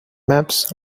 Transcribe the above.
maps